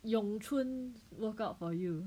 咏春 work out for you